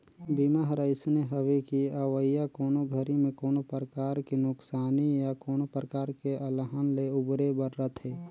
बीमा हर अइसने हवे कि अवइया कोनो घरी मे कोनो परकार के नुकसानी या कोनो परकार के अलहन ले उबरे बर रथे